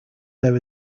there